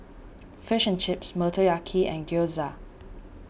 Fish and Chips Motoyaki and Gyoza